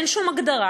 אין שום הגדרה,